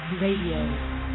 Radio